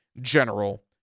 general